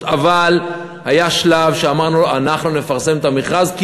אבל היה שלב שאמרנו לו: אנחנו נפרסם את המכרז כי